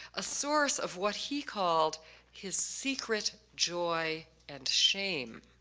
a source of what he called his secret, joy, and shame.